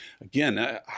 again